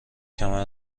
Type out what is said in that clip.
کمر